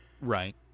right